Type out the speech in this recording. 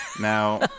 Now